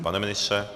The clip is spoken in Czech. Pane ministře?